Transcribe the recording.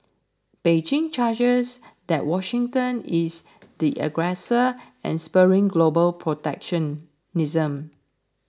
Beijing charges that Washington is the aggressor and spurring global protectionism